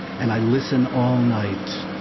and i listen all night,